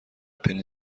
پنی